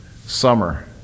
summer